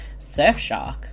Surfshark